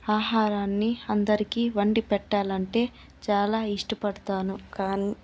ఆహారాన్ని అందరికీ వండి పెట్టాలంటే చాలా ఇష్టపడతాను కానీ